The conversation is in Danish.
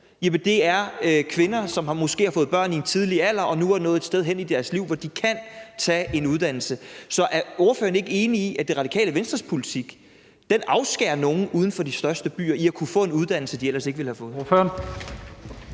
det er kvinder, som måske har fået børn i en tidlig alder og nu er nået et sted hen i deres liv, hvor de kan tage en uddannelse. Så er ordføreren ikke enig i, at Radikale Venstres politik afskærer nogle uden for de største byer fra at kunne få en uddannelse, de ellers ikke ville have fået?